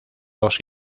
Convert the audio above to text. dos